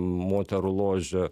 moterų ložė